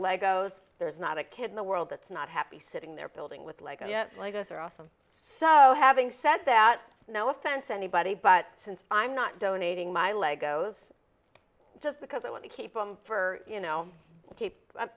lego so there's not a kid in the world that's not happy sitting there building with lego yet like us are awesome so having said that no offense anybody but since i'm not donating my lego's just because i want to keep them for you know